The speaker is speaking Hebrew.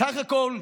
בסך הכול,